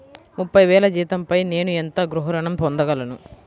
ముప్పై వేల జీతంపై నేను ఎంత గృహ ఋణం పొందగలను?